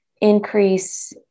increase